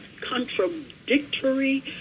contradictory